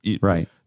Right